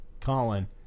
Colin